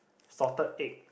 salted egg